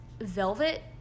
velvet